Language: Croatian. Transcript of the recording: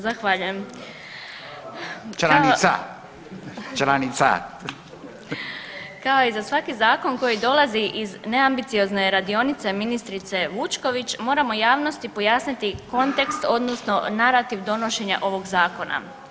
Zahvaljujem [[Upadica Radin: Članica, članica.]] Kao i za svaki zakon koji dolazi iz neambiciozne radionice ministrice Vučković moramo javnosti pojasniti kontekst odnosno narativ donošenja ovog zakona.